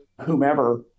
whomever